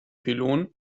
pylon